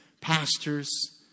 pastors